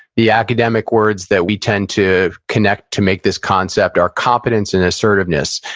the academic words that we tend to connect to make this concept are competence and assertiveness.